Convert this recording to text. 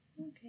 Okay